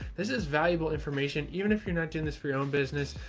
this is valuable information. even if you're not doing this for your own business,